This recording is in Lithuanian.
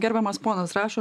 gerbiamas ponas rašo